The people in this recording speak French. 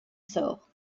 sort